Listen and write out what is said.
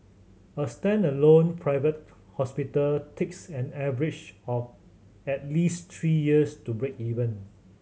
a standalone private hospital takes an average of at least three years to break even